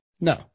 No